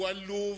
הוא עלוב.